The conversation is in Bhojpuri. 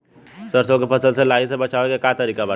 सरसो के फसल से लाही से बचाव के का तरीका बाटे?